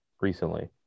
recently